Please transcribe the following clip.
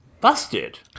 Busted